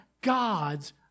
God's